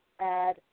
add